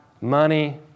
money